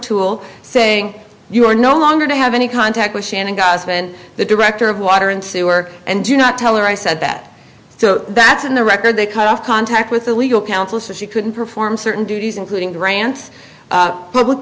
tool saying you are no longer to have any contact with shannon guys when the director of water and sewer and do not tell her i said that so that's in the record they cut off contact with a legal council so she couldn't perform certain duties including grants public